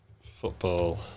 football